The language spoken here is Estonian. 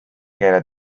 keele